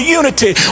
unity